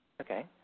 Okay